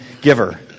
giver